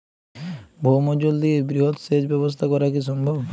ভৌমজল দিয়ে বৃহৎ সেচ ব্যবস্থা করা কি সম্ভব?